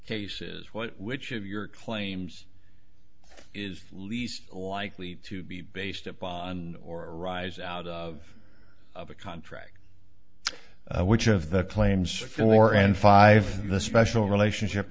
cases what which of your claims is least likely to be based upon or arise out of a contract which of the claims filler and five of the special relationship